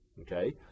Okay